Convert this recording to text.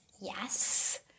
yes